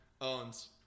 owns